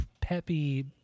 peppy